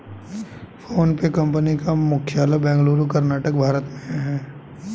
PhonePe company का मुख्यालय बेंगलुरु कर्नाटक भारत में है